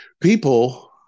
People